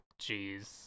jeez